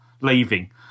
leaving